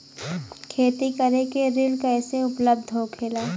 खेती करे के ऋण कैसे उपलब्ध होखेला?